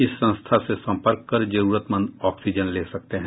इस संस्था से सम्पर्क कर जरूरतमंद ऑक्सीजन ले सकते हैं